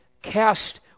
Cast